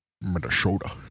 Minnesota